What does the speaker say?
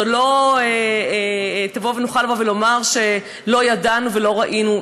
לא נוכל לבוא ולומר שלא ידענו ולא ראינו.